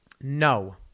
No